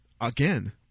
again